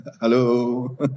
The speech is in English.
hello